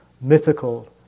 mythical